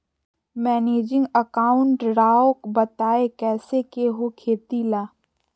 Managing account राव बताएं कैसे के हो खेती ला?